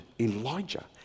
Elijah